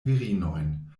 virinojn